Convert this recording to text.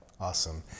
Awesome